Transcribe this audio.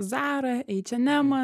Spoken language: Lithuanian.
zara eičenemą